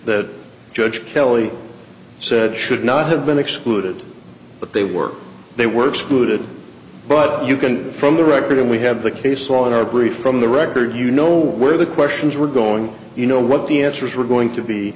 that judge kelly said should not have been excluded but they were they were excluded but you can from the record and we have the case on our brief from the record you know where the questions were going you know what the answers were going to be